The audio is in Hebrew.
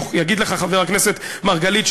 יגיד לך חבר הכנסת מרגלית,